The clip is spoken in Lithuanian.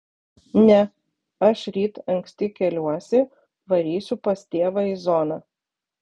ne aš ryt anksti keliuosi varysiu pas tėvą į zoną